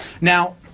Now